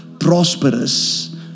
prosperous